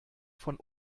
von